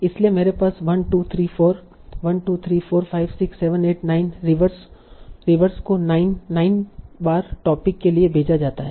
इसलिए मेरे पास 1 2 3 4 1 2 3 4 5 6 7 8 9 रिवर्स को 9 बार टोपिक के लिए भेजा जाता है